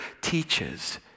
teaches